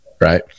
right